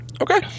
Okay